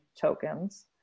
tokens